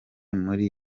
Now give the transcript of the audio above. muri